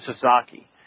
Sasaki